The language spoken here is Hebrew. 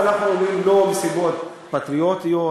אנחנו אומרים לא מסיבות פטריוטיות,